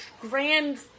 grand